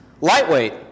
lightweight